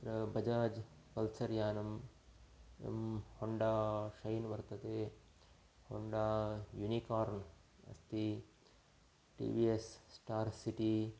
अत्र बजाज् पल्सर् यानम् एवं होण्डा शैन् वर्तते होण्डा युनिकार्न् अस्ति टि वि एस् स्टार्सिटि